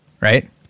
right